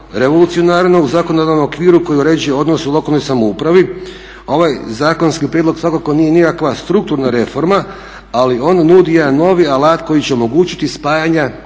revolucionarno u zakonodavnom okviru koji uređuje odnose u lokalnoj samoupravi, ovaj zakonski prijedlog svakako nije nikakva strukturna reforma ali on nudi jedan novi alat koji će omogućiti spajanje